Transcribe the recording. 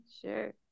Sure